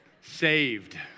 Saved